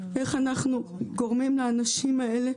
איך אנחנו גורמים לאנשים האלה